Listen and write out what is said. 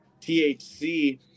THC